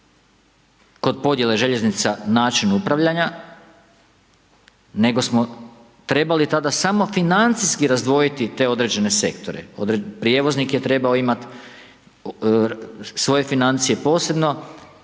kod podjele željeznica način upravljanja, nego smo trebali tada samo financijski razdvojiti te određene sektore, prijevoznik je trebao imati svoje financije posebno,